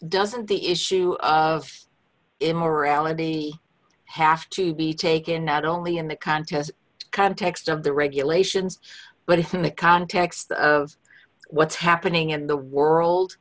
doesn't the issue of immorality have to be taken not only in the contest context of the regulations but in the context of what's happening in the world